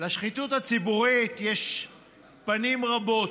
לשחיתות הציבורית יש פנים רבות.